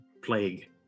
plague